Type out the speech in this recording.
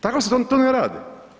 Tako se to ne radi.